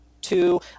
two